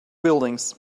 buildings